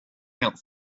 count